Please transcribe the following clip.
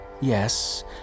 Yes